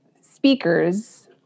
speakers